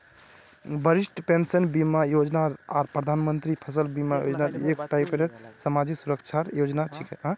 वरिष्ठ पेंशन बीमा योजना आर प्रधानमंत्री फसल बीमा योजना एक टाइपेर समाजी सुरक्षार योजना छिके